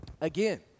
again